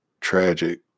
tragic